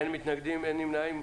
אין מתנגדים, אין נמנעים.